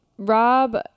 Rob